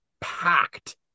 packed